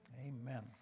Amen